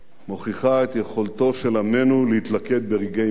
מוכיחה את יכולתו של עמנו להתלכד ברגעי מבחן.